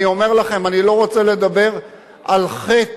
אני אומר לכם, אני לא רוצה לדבר על חטא